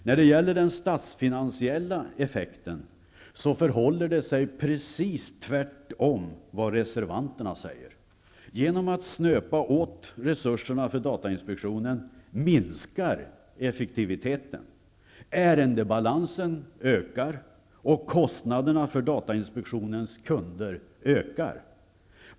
När det gäller den statsfinansiella effekten förhåller det sig precis tvärtemot vad reservanterna säger. Genom att snörpa åt resurserna för datainspektionen minskar man effektiviteten. Ärendebalansen ökar, och kostnaderna för datainspektionens kunder ökar.